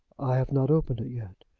i have not opened it yet.